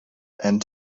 and